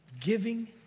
Giving